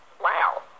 Wow